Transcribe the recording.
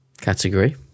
category